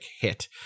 hit